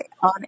on